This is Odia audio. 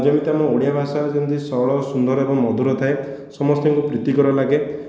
ଯେମିତି ଆମ ଓଡ଼ିଆ ଭାଷା ଯେମିତି ସରଳ ସୁନ୍ଦର ଏବଂ ମଧୁର ଥାଏ ସମସ୍ତଙ୍କୁ ପ୍ରୀତିକର ଲାଗେ